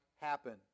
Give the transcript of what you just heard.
happen